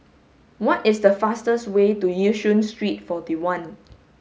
what is the fastest way to Yishun Street forty one